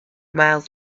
miles